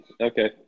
Okay